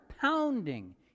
pounding